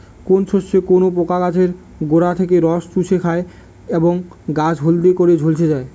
কোন শস্যে কোন পোকা গাছের গোড়া থেকে রস চুষে খায় এবং গাছ হলদে করে ঝলসে দেয়?